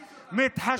מתחשמלים.